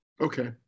Okay